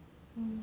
mm